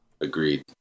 agreed